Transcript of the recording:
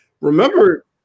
Remember